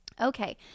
Okay